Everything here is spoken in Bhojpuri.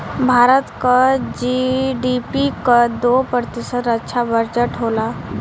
भारत क जी.डी.पी क दो प्रतिशत रक्षा बजट होला